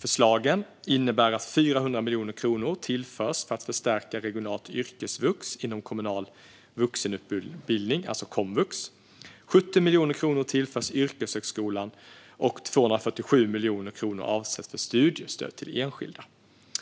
Förslagen innebär att 400 miljoner kronor tillförs för att förstärka regionalt yrkesvux inom kommunal vuxenutbildning, komvux, 70 miljoner kronor tillförs yrkeshögskolan och 247 miljoner kronor avsätts för studiestöd till enskilda.